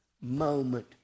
moment